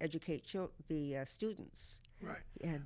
educate the students right and